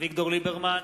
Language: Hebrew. אביגדור ליברמן,